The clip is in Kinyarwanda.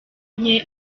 nke